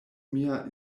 mia